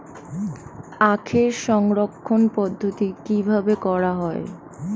আখের সংরক্ষণ পদ্ধতি কিভাবে করা হয়?